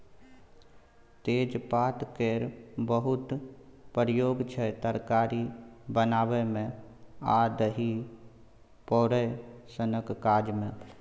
तेजपात केर बहुत प्रयोग छै तरकारी बनाबै मे आ दही पोरय सनक काज मे